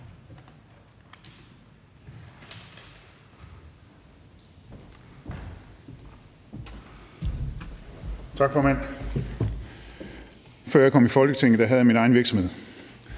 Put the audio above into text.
Tak, formand. Før jeg kom i Folketinget, havde jeg min egen virksomhed